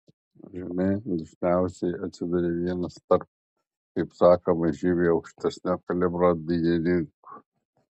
žinai dažniausiai atsiduri vienas tarp kaip sakoma žymiai aukštesnio kalibro dainininkų